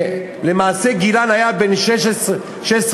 שלמעשה גילן היה בין 16 ל-18,